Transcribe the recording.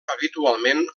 habitualment